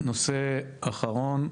והדבר האחרון,